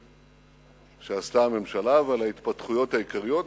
שעשתה הממשלה ועל ההתפתחויות העיקריות,